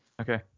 okay